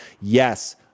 Yes